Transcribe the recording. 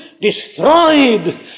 destroyed